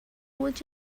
would